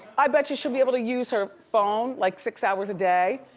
i bet you she'll be able to use her phone like six hours a day.